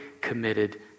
committed